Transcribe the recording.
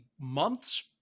months